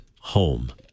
home